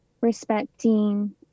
respecting